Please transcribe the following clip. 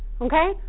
okay